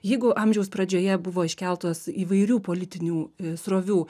jeigu amžiaus pradžioje buvo iškeltos įvairių politinių srovių